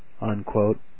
unquote